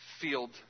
field